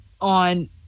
on